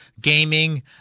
gaming